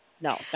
no